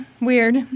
Weird